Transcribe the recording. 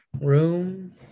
room